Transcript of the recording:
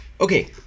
Okay